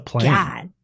God